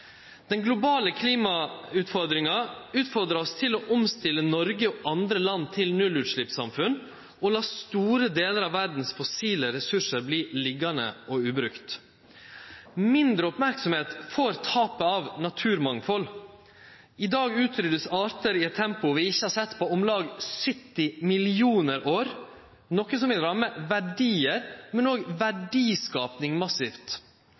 Den globale klimautfordringa utfordrar oss til å omstille Noreg og andre land til nullutsleppssamfunn og la store delar av verdas fossile ressursar verte liggjande ubrukte. Mindre merksemd får tapet av naturmangfald. I dag vert artar utrydja i eit tempo vi ikkje har sett på om lag 70 millionar år, noko som vil ramme verdiar, men òg verdiskaping massivt.